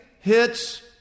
hits